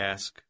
Ask